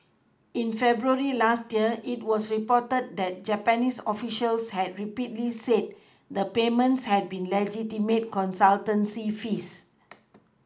in February last year it was reported that Japanese officials had repeatedly said the payments had been legitimate consultancy fees